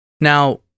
Now